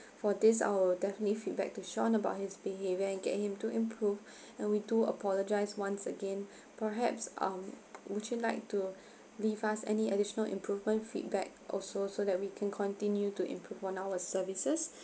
for this I will definitely feedback to sean about his behaviour and get him to improve and we do apologise once again perhaps um would you like to leave us any additional improvement feedback also so that we can continue to improve on our services